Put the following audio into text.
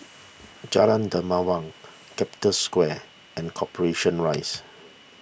Jalan Dermawan Capital Square and Corporation Rise